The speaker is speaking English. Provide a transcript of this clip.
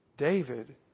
David